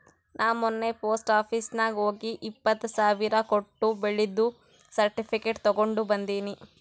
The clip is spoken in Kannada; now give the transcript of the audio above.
ನಾ ಮೊನ್ನೆ ಪೋಸ್ಟ್ ಆಫೀಸ್ ನಾಗ್ ಹೋಗಿ ಎಪ್ಪತ್ ಸಾವಿರ್ ಕೊಟ್ಟು ಬೆಳ್ಳಿದು ಸರ್ಟಿಫಿಕೇಟ್ ತಗೊಂಡ್ ಬಂದಿನಿ